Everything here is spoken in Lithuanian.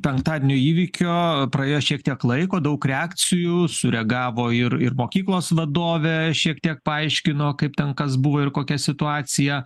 penktadienio įvykio praėjo šiek tiek laiko daug reakcijų sureagavo ir ir mokyklos vadovė šiek tiek paaiškino kaip ten kas buvo ir kokia situacija